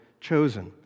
chosen